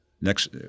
Next